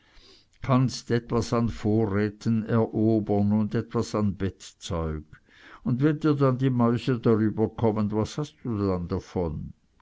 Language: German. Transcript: kannst etwas an vorräten erobern und etwas an bettzeug und wenn dir dann die mäuse darüber kommen was hast du dann davon